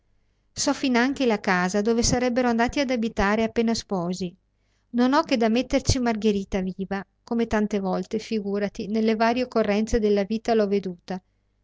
so finanche la casa dove sarebbero andati ad abitare appena sposi non ho che da metterci margherita viva come tante volte figurati nelle varie occorrenze della vita l'ho veduta